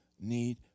need